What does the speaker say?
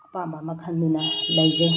ꯑꯄꯥꯝꯕ ꯑꯃ ꯈꯟꯗꯨꯅ ꯂꯩꯖꯩ